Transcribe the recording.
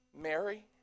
Mary